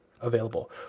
available